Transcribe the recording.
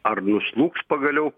ar nuslūgs pagaliau